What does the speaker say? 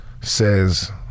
says